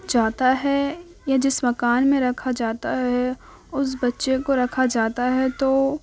جاتا ہے یا جس مکان میں رکھا جاتا ہے اس بچے کو رکھا جاتا ہے تو